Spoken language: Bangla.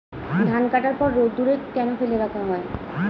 ধান কাটার পর রোদ্দুরে কেন ফেলে রাখা হয়?